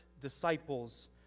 disciples